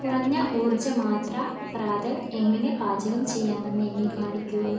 കുറഞ്ഞ ഊര്ജ്ജമാത്ര പ്രാതൽ എങ്ങനെ പാചകം ചെയ്യാമെന്ന് എന്നെ കാണിക്കൂ